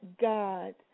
God